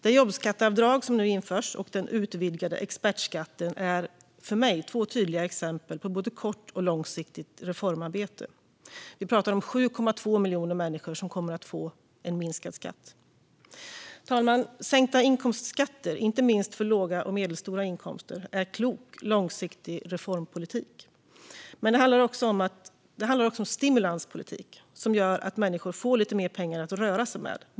Det jobbskatteavdrag som nu införs och den utvidgade expertskatten är för mig två tydliga exempel på både kort och långsiktigt reformarbete. Vi talar om att 7,2 miljoner människor kommer att få minskad skatt. Fru talman! Sänkta inkomstskatter, inte minst för låga och medelhöga inkomster, är klok långsiktig reformpolitik. Men det handlar också om stimulanspolitik som gör att människor får lite mer pengar att röra sig med.